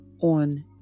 on